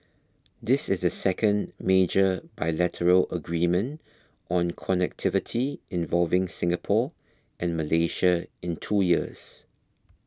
this is the second major bilateral agreement on connectivity involving Singapore and Malaysia in two years